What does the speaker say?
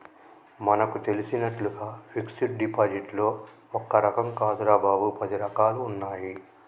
మనకు తెలిసినట్లుగా ఫిక్సడ్ డిపాజిట్లో ఒక్క రకం కాదురా బాబూ, పది రకాలుగా ఉన్నాయి